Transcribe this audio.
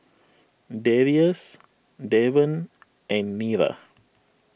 Darrius Davon and Nira